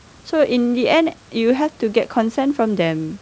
so in the end you have to get consent from them